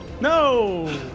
No